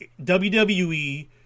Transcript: WWE